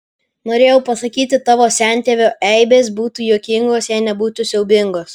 norėjau pasakyti tavo sentėvio eibės būtų juokingos jei nebūtų siaubingos